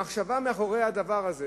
המחשבה מאחורי הדבר הזה